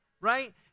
Right